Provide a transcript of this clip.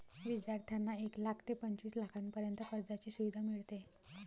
विद्यार्थ्यांना एक लाख ते पंचवीस लाखांपर्यंत कर्जाची सुविधा मिळते